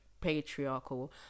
patriarchal